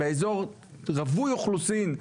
באזור רווי אוכלוסין,